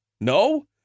No